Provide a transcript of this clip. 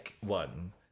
one